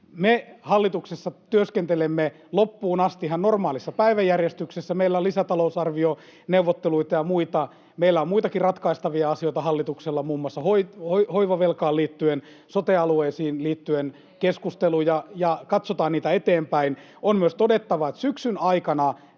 Me hallituksessa työskentelemme loppuun asti ihan normaalissa päiväjärjestyksessä. Meillä on lisätalousarvioneuvotteluita ja muita, meillä on hallituksella muitakin ratkaistavia asioita muun muassa hoivavelkaan liittyen, keskusteluja sote-alueisiin liittyen, niitä katsotaan eteenpäin. On myös todettava, että syksyn aikana